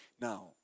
Now